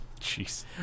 jeez